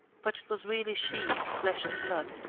but it was really she in flesh and blood,